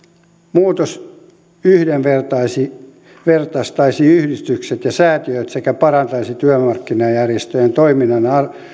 muutos yhdenvertaistaisi yhdenvertaistaisi yhdistykset ja säätiöt sekä parantaisi työmarkkinajärjestöjen toiminnan